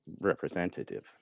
representative